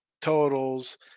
totals